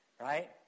right